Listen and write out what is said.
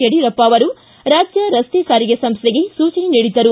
ಯಡಿಯೂರಪ್ಪ ಅವರು ರಾಜ್ಯ ರಸ್ತೆ ಸಾರಿಗೆ ಸಂಸ್ಥೆಗೆ ಸೂಚನೆ ನೀಡಿದ್ದರು